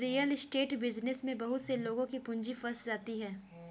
real estate business में बहुत से लोगों की पूंजी फंस जाती है